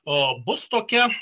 o bus tokia